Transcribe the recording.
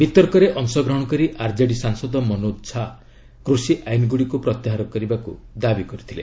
ବିତର୍କରେ ଅଂଶଗ୍ରହଣ କରି ଆର୍ଜେଡି ସାଂସଦ ମନୋଜ ଝା କୃଷି ଆଇନଗୁଡ଼ିକୁ ପ୍ରତ୍ୟାହାର କରିବାକୁ ଦାବି କରିଥିଲେ